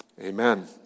Amen